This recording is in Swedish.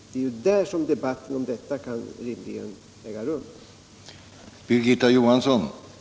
Det är ju i det sammanhanget som debatten om denna fråga rimligen kan äga rum.